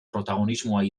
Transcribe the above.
protagonismoa